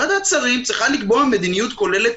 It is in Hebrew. ועדת שרים צריכה לקבוע מדיניות כוללת,